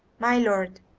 my lord,